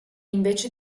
invece